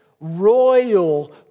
royal